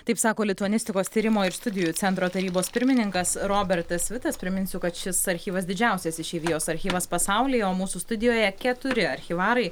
taip sako lituanistikos tyrimo ir studijų centro tarybos pirmininkas robertas vitas priminsiu kad šis archyvas didžiausias išeivijos archyvas pasaulyje o mūsų studijoje keturi archyvarai